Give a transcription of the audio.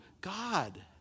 God